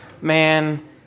Man